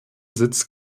sitz